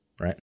right